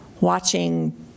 watching